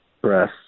press